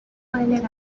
pointed